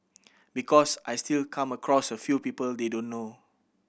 because I still come across a few people they don't know